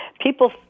people